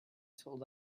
told